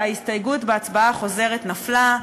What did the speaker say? וההסתייגות בהצבעה החוזרת נפלה,